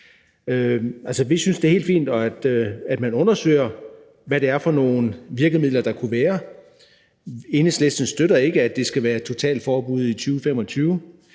Vi synes, det er helt fint, at man undersøger, hvad det er for nogle virkemidler, der kunne være. Enhedslisten støtter ikke, at det skal være et totalforbud i 2025.